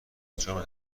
بچهها